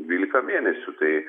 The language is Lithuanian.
dvylika mėnesių tai